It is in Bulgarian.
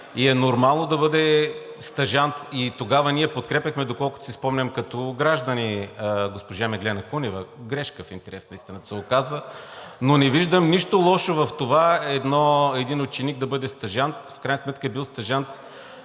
и е нормално да бъде стажант. Тогава ние подкрепяхме, доколкото си спомням, като граждани госпожа Меглена Кунева – грешка, в интерес на истината се оказа, но не виждам нищо лошо в това един ученик да бъде стажант. В крайна сметка е бил стажант